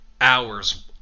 hours